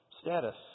status